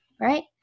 right